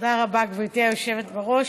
תודה רבה, גברתי היושבת בראש.